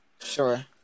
Sure